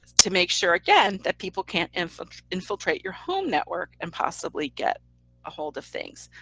to make sure again, that people can't info infiltrate your home network and possibly get a hold of things.